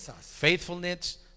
faithfulness